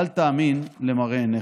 אז לא תאמין למראה עיניך.